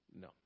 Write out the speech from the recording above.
No